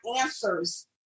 answers